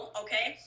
okay